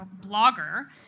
blogger